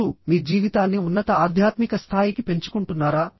మీరు మీ జీవితాన్ని ఉన్నత ఆధ్యాత్మిక స్థాయికి పెంచుకుంటున్నారా